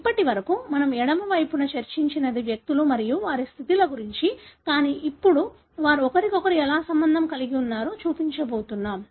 ఇప్పటివరకు మనం ఎడమ వైపున చర్చించినది వ్యక్తులు మరియు వారి స్థితి గురించి కానీ ఇప్పుడు వారు ఒకరికొకరు ఎలా సంబంధం కలిగి ఉన్నారో చూపించబోతున్నాం